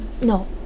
no